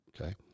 Okay